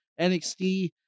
NXT